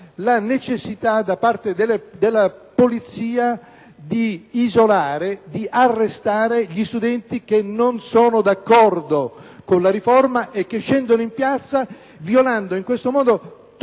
la necessità, da parte della polizia, di arrestare gli studenti che non sono d'accordo con la riforma e che scendono in piazza, violando in questo modo